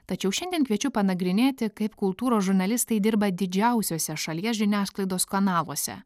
tačiau šiandien kviečiu panagrinėti kaip kultūros žurnalistai dirba didžiausiose šalies žiniasklaidos kanaluose